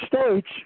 states